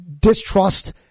distrust